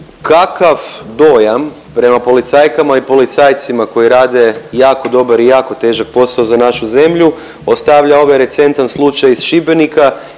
kakav dojam prema policajkama i policajcima koji rade jako dobar i jako težak posao za našu zemlju ostavlja ovaj recentan slučaj iz Šibenika